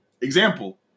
Example